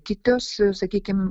kitos sakykim